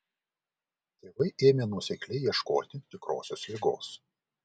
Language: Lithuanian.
tėvai ėmė nuosekliai ieškoti tikrosios ligos